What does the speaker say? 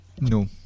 No